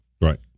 Right